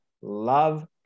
love